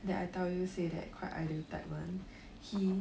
that I tell you say that quite ideal type [one] he